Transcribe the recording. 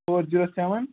four zero seven